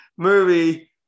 Movie